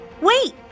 Wait